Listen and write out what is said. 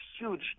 huge